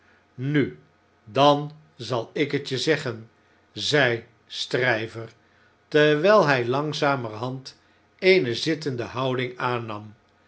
nu dan zal ik het je zeggen zei stryver terwijl hy langzamerhand eene zittende houding aannam